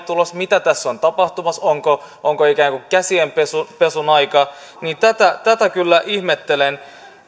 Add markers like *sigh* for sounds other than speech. *unintelligible* tulossa mitä tässä on tapahtumassa onko ikään kuin käsienpesun aika tätä tätä kyllä ihmettelen